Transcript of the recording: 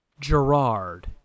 Gerard